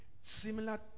similar